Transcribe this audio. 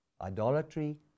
Idolatry